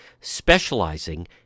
specializing